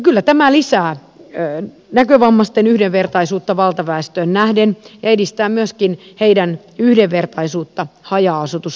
kyllä tämä lisää näkövammaisten yhdenvertaisuutta valtaväestöön nähden ja edistää myöskin heidän yhdenvertaisuuttaan haja asutusalueilla